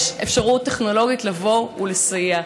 יש אפשרות טכנולוגית לבוא ולסייע.